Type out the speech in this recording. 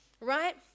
right